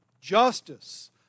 justice